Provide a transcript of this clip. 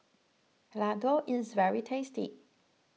Ladoo is very tasty